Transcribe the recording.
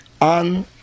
on